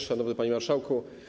Szanowny Panie Marszałku!